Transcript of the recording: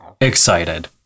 excited